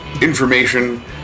information